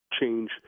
change